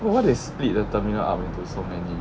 why~ why they split the terminal up into so many